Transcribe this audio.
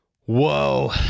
Whoa